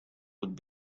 would